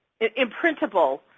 imprintable